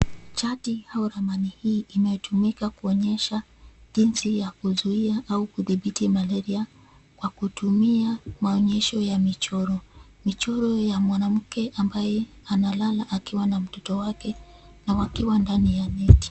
Chati au ramani hii inayotumika kuonyesha jinsi ya kuzuia au kudhibiti malaria kwa kutumia maonyesho ya michoro. Michoro ya mwanamke ambaye analala akiwa na mtoto wake, na wakiwa ndani ya neti.